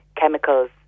chemicals